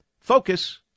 Focus